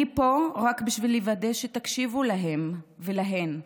אני פה רק בשביל לוודא שתקשיבו להם ולהן,